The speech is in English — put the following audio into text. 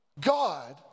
God